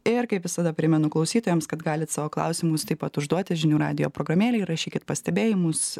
ir kaip visada primenu klausytojams kad galit savo klausimus taip pat užduoti žinių radijo programėlėj rašykit pastebėjimus